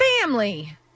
family